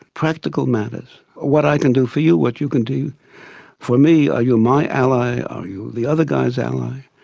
practical matters what i can do for you, what you can do for me, are you my ally, are you the other guy's ally?